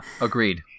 Agreed